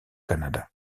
canada